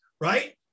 Right